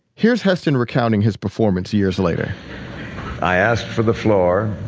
here's heston recounting his performance years later i asked for the floor.